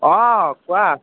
অ কোৱা